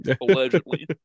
Allegedly